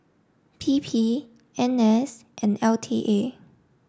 P P N S and L T A